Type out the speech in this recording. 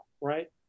right